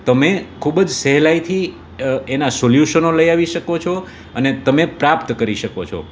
તમે ખૂબ જ સહેલાઈથી એના સોલ્યુશનો લઈ આવી શકો છો અને તમે પ્રાપ્ત કરી શકો છો